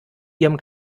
ihrem